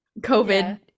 COVID